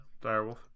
direwolf